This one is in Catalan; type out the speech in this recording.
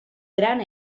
gran